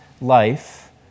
life